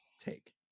take